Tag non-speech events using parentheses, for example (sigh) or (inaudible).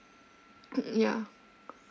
(noise) yeah